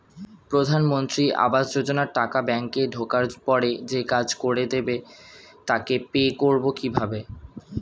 প্রধানমন্ত্রী আবাস যোজনার টাকা ব্যাংকে ঢোকার পরে যে কাজ করে দেবে তাকে পে করব কিভাবে?